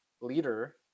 leader